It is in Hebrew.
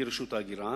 שהיא רשות ההגירה.